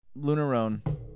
Lunarone